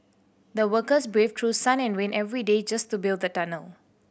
the workers braved through sun and rain every day just to build the tunnel